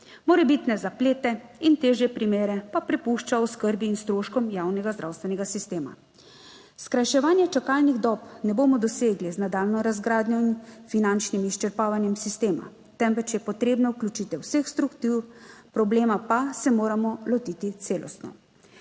morebitne zaplete in težje primere pa prepušča oskrbi in stroškom javnega zdravstvenega sistema. Skrajševanje čakalnih dob ne bomo dosegli z nadaljnjo razgradnjo in finančnim izčrpavanjem sistema, temveč je potrebna vključitev vseh struktur, problema pa se moramo lotiti celostno,